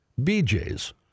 BJ's